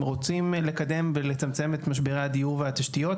רוצים לקדם ולצמצם את משבר הדיור והתשתיות,